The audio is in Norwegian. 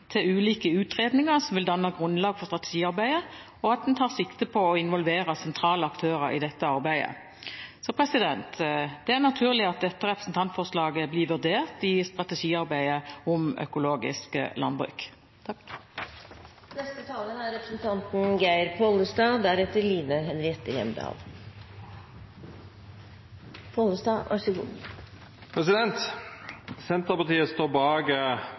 til ulike utredninger som vil danne grunnlag for strategiarbeidet, og at man tar sikte på å involvere sentrale aktører i dette arbeidet. Det er naturlig at dette representantforslaget blir vurdert i strategiarbeidet om økologisk landbruk.